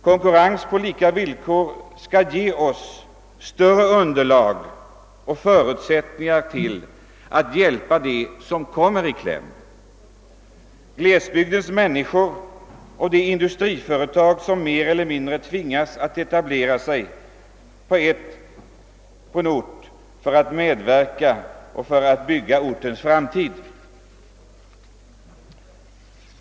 Konkurrens på lika villkor skall ge oss bättre underlag och förutsättningar att hjälpa dem som kommer i kläm — glesbygdens människor och de industriföretag som mer eller mindre tvingas etablera sig på en ort för att medverka och för att bygga ortens framtid.